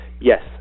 Yes